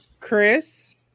Chris